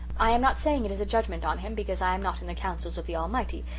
i am not saying it is a judgment on him, because i am not in the counsels of the almighty,